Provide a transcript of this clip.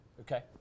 Okay